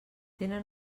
tenen